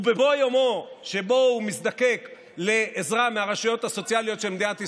ובבוא יומו שבו הוא מזדקק לעזרה מהרשויות הסוציאליות של מדינת ישראל,